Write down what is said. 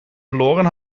verloren